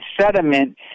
sediment